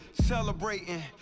celebrating